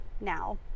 now